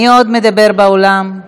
מי עוד מדבר באולם?